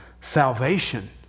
salvation